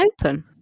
open